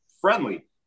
friendly